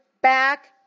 back